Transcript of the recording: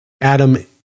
Adam